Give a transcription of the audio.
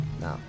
No